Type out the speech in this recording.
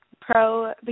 pro